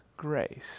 grace